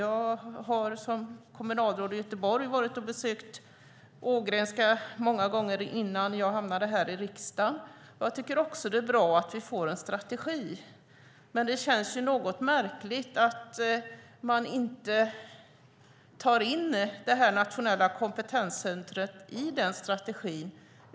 Jag har som kommunalråd i Göteborg varit och besökt Ågrenska många gånger innan jag hamnade här i riksdagen, och jag tycker också att det är bra att vi får en strategi. Men det känns något märkligt att man inte tar in det nationella kompetenscentret i denna strategi.